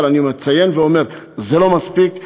אבל אציין ואומר: זה לא מספיק.